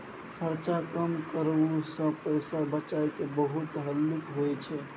खर्चा कम करइ सँ पैसा बचेनाइ बहुत हल्लुक होइ छै